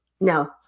no